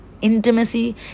intimacy